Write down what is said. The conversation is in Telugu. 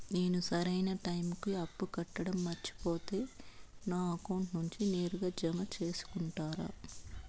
నేను సరైన టైముకి అప్పు కట్టడం మర్చిపోతే నా అకౌంట్ నుండి నేరుగా జామ సేసుకుంటారా?